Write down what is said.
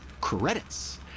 credits